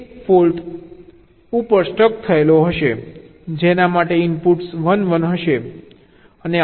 એક ફોલ્ટ 1 ઉપર સ્ટક થયેલો હશે જેના માટે ઇનપુટ્સ 1 1 હશે અને આઉટપુટ પણ 1 બનશે